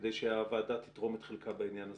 כדי שהוועדה תתרום את חלקה בעניין הזה.